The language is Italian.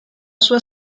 sua